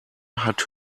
hat